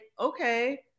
okay